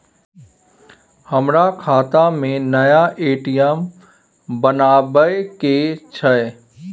हमर खाता में नया ए.टी.एम बनाबै के छै?